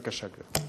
בבקשה, גברתי.